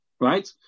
Right